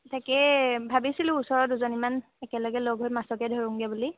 তাকে ভাবিছিলো ওচৰৰ দুজনীমান একেলগে লগ হৈ মাছকে ধৰোঁগৈ বুলি